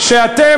שאתם,